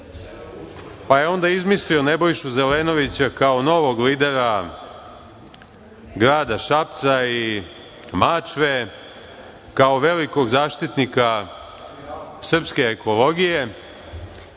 pa je onda izmislio Nebojšu Zelenovića kao novog lidera grada Šapca i Mačve, kao velikog zaštitnika srpske ekologije.